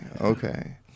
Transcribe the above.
okay